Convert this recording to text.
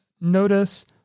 notice